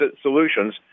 solutions